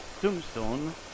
tombstone